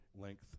length